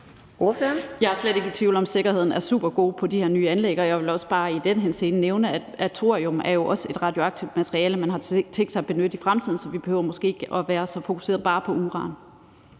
Jeg er slet ikke i tvivl om, at sikkerheden er supergod på de her nye anlæg, og jeg vil også bare i den henseende nævne, at thorium jo også er et radioaktivt materiale, man har tænkt sig at benytte i fremtiden. Så vi behøver måske ikke at være så fokuseret bare på uran.